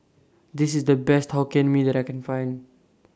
This IS The Best Hokkien Mee that I Can Find